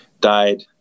died